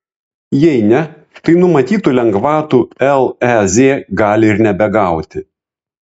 jei ne tai numatytų lengvatų lez gali ir nebegauti